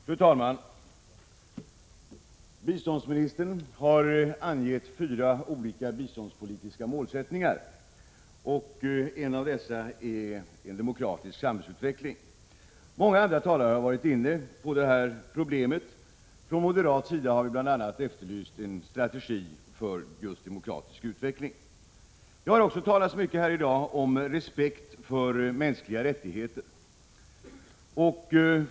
Fru talman! Biståndsministern har angivit fyra olika biståndspolitiska målsättningar. En av dessa är en demokratisk samhällsutveckling. Många andra talare har berört det problemet. Från moderat sida har vi bl.a. efterlyst en strategi för just demokratisk utveckling. Det har också talats mycket här i dag om respekt för mänskliga rättigheter.